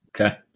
Okay